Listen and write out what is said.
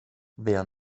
wer